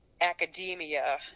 academia